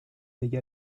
degli